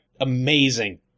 amazing